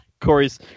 Corey's